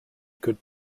could